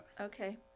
okay